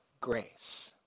grace